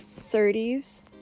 30s